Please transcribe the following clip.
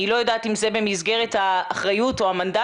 אני לא יודעת אם זה במסגרת האחריות או המנדט